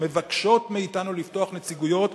שמבקשות מאתנו לפתוח נציגויות,